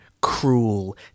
cruel